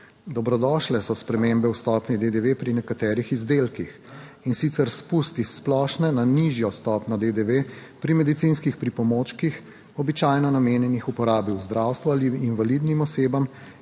Dobrodošle so spremembe v stopnji DDV pri nekaterih izdelkih, in sicer spust iz splošne na nižjo stopnjo DDV pri medicinskih pripomočkih običajno namenjenih uporabi v zdravstvu ali invalidnim osebam